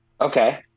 Okay